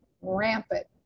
rampant